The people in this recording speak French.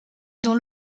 dont